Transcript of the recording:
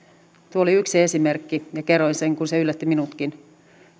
tuo oli yksi esimerkki ja kerroin sen kun se yllätti minutkin